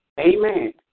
Amen